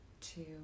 two